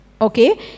okay